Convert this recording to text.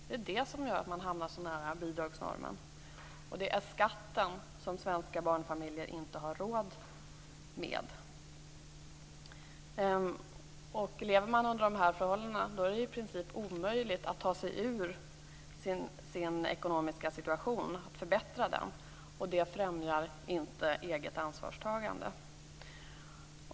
Det är det som gör att man hamnar så nära bidragsnormen. Det är skatten som svenska barnfamiljer inte har råd med. Lever man under de här förhållandena är det i princip omöjligt att ta sig ur situationen och förbättra sin ekonomi, och det främjar inte eget ansvarstagande.